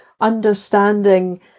understanding